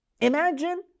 Imagine